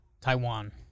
Taiwan